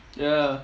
ya